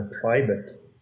private